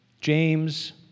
James